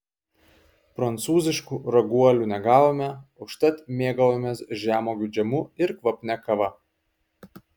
prancūziškų raguolių negavome užtat mėgavomės žemuogių džemu ir kvapnia kava